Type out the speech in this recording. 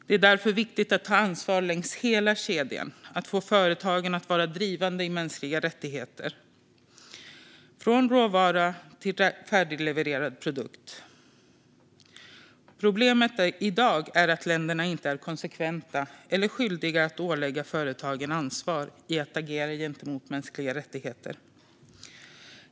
Det är därför viktigt att ta ansvar längs hela kedjan - att få företagen att vara drivande i mänskliga rättigheter från råvara till färdiglevererad produkt. Problemet i dag är att länderna inte är konsekventa eller skyldiga att ålägga företagen ansvar att agera i enlighet med mänskliga rättigheter.